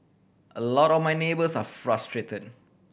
a lot of my neighbours are frustrated